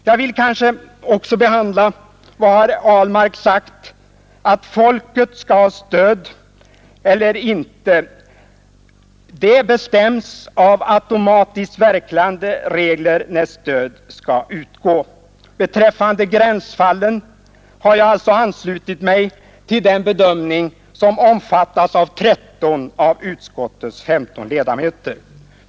Jag vill i detta sammanhang bemöta vad herr Ahlmark sagt om huruvida Folket skall ha stöd eller inte. Automatiskt verkande regler avgör när stöd skall utgå. I fråga om gränsfallen har jag anslutit mig till den bedömning som omfattas av 13 av utskottets 15 ledamöter.